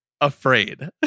afraid